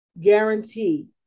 guarantee